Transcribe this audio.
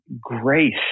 grace